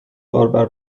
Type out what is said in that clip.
باربر